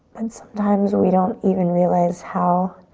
and sometimes we don't even realize how